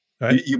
Right